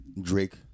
Drake